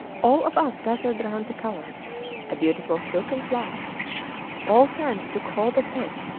all of us gathered round the colours a beautiful silken flag all hands took hold of it,